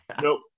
Nope